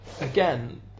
again